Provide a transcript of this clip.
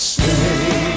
Stay